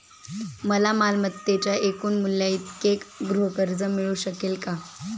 मला मालमत्तेच्या एकूण मूल्याइतके गृहकर्ज मिळू शकेल का?